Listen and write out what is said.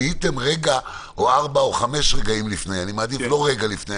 זיהיתם רגע או ארבעה או חמישה רגעים לפני אני מעדיף לא רגע לפני,